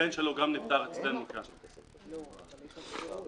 כאן ממחלת ניוון שרירים.